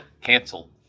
Cancel